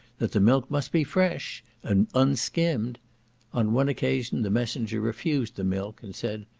that the milk must be fresh, and unskimmed on one occasion the messenger refused milk, and said,